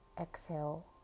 Exhale